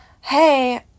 hey